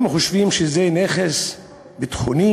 הם חושבים שזה נכס ביטחוני?